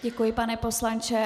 Děkuji, pane poslanče.